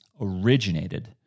originated